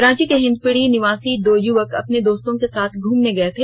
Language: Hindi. रांची के हिंदपीढ़ी निवासी दो युवक अपने दोस्तों के साथ घूमने गये थे